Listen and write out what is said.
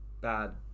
bad